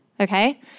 Okay